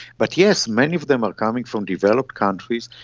but yes, many of them are coming from developed countries,